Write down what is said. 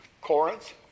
Corinth